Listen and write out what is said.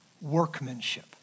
workmanship